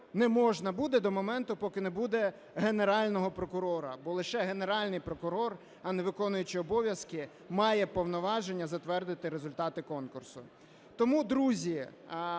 не можна буде до моменту, поки не буде Генерального прокурора, бо лише Генеральний прокурор, а не виконуючий обов'язки, має повноваження затвердити результати конкурсу. Тому, друзі,